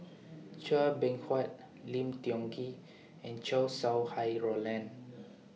Chua Beng Huat Lim Tiong Ghee and Chow Sau Hai Roland